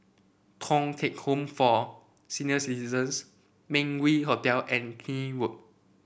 Thong Teck Home for Senior Citizens Meng Yew Hotel and Keene Road